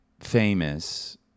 famous